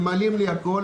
ממלאים לי הכול,